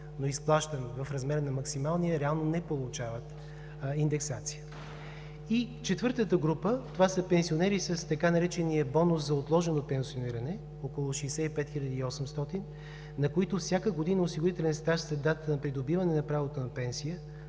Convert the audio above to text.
но изплащан в размер на максималния, реално не получават индексация. И четвъртата група са пенсионери с така наречения „бонус за отложено пенсиониране“ – около 65 800, на които всяка година осигурителен стаж след датата на придобиване на правото на пенсия,